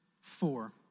four